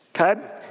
okay